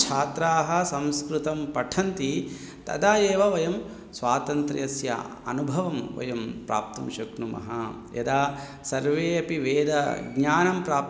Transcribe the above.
छात्राः संस्कृतं पठन्ति तदा एव वयं स्वातन्त्र्यस्य अनुभवं वयं प्राप्तुं शक्नुमः यदा सर्वे अपि वेदज्ञानं प्राप्तम्